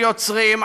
על יוצרים,